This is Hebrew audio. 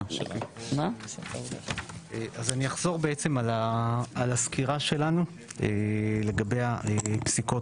אז אני אחזור על הסקירה שלנו לגבי הפסיקות